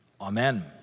Amen